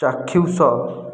ଚାକ୍ଷୁସ